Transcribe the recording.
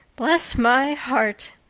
bless my heart!